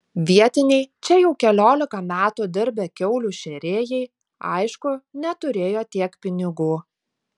vietiniai čia jau keliolika metų dirbę kiaulių šėrėjai aišku neturėjo tiek pinigų